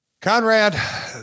Conrad